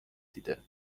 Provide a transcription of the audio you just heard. دیده